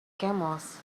camels